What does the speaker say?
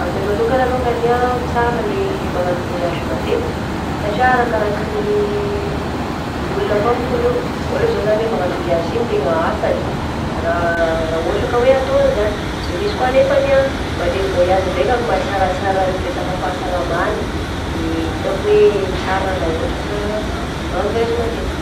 Aminay manokana longany ah tsara le magnano voyage matetika, satria arakaraka ny ny olona ko mankony io, ohatra zao izany hoe magnano voyage igny tena asany, raha raha ohatra ka hoa atao an'izagny, de misy koa anefany ah mandeha mivoyage ndraika ny mahatsaratsara ny resaka fahasalamany, de hitako hoe tsara raha ohatra ka mba mivoyage matetika.